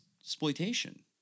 exploitation